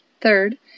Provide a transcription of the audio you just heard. Third